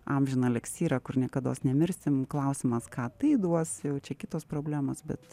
amžiną eliksyrą kur niekados nemirsim klausimas ką tai duos jau čia kitos problemos bet